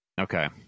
Okay